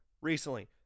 recently